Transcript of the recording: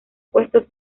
puestos